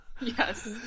yes